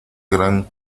gran